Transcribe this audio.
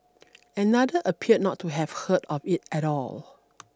another appeared not to have heard of it at all